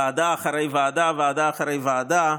ועדה אחרי ועדה, ועדה אחרי ועדה,